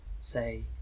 say